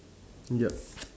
ya